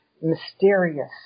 mysterious